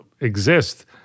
exist